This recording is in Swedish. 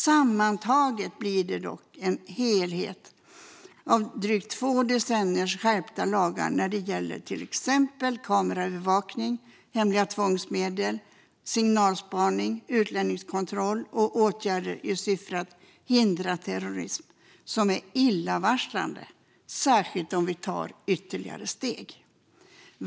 Sammantaget blir det dock en helhet av drygt två decenniers skärpta lagar när det gäller till exempel kameraövervakning, hemliga tvångsmedel, signalspaning, utlänningskontroll och åtgärder i syfte att hindra terrorism som är illavarslande, särskilt om vi tar ytterligare steg.